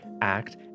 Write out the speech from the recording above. act